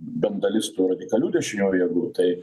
bent dalis tų radikalių dešiniųjų jėgų tai